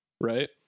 right